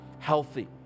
healthy